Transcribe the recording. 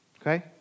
Okay